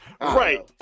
Right